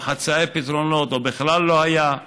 או חצאי פתרונות, או בכלל לא היה,